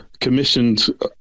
commissioned